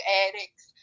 addicts